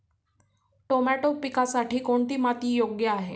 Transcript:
Tomato पिकासाठी कोणती माती योग्य आहे?